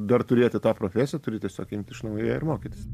dar turėti tą profesiją turi tiesiog imt iš naujo ją ir mokytis